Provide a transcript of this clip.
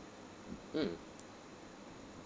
mm